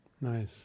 nice